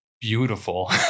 beautiful